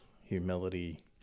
humility